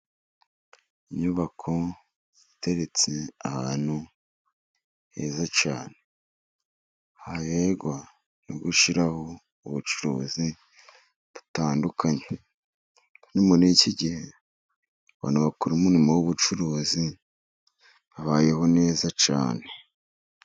Inyubako iteretse ahantu heza cyane haberwa no gushiraho ubucuruzi butandukanye. Muri iki gihe, abantu bakora umurimo w'ubucuruzi babayeho neza cyane.